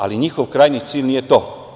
Ali, njihov krajnji cilj nije to.